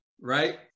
right